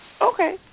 Okay